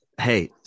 hey